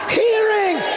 hearing